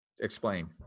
Explain